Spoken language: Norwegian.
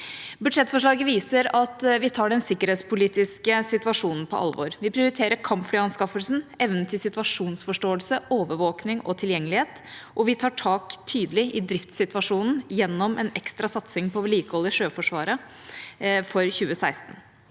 Budsjettforslaget viser at vi tar den sikkerhetspolitiske situasjonen på alvor. Vi prioriterer kampflyanskaffelsen, evnen til situasjonsforståelse, overvåking og tilgjengelighet, og vi tar tak – tydelig – i driftssituasjonen gjennom en ekstra satsing på vedlikehold i Sjøforsvaret for 2016.